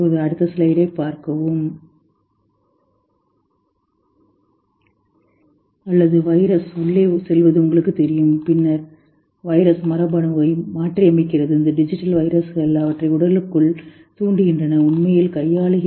அல்லது வைரஸ் உள்ளே செல்வது உங்களுக்குத் தெரியும் பின்னர் வைரஸ் மரபணுவை மாற்றியமைக்கிறது இந்த டிஜிட்டல் வைரஸ்கள் அவற்றை உடலுக்குள் தூண்டுகின்றன உண்மையில் கையாளுகின்றன